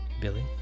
Billy